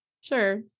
sure